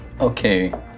Okay